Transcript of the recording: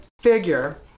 figure